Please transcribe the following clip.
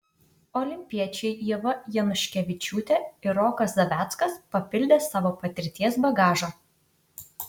olimpiečiai ieva januškevičiūtė ir rokas zaveckas papildė savo patirties bagažą